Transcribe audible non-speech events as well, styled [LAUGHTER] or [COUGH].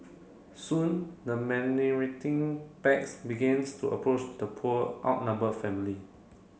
soon the [UNINTELLIGIBLE] packs begins to approach the poor outnumber family